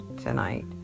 tonight